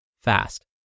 fast